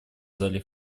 зале